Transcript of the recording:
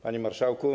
Panie Marszałku!